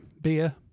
beer